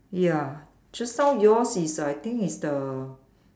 ya just now yours is I think is the